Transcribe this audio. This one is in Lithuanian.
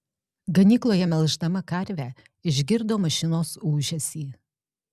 ganykloje melždama karvę išgirdo mašinos ūžesį